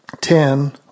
ten